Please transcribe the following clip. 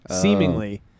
seemingly